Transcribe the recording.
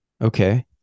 Okay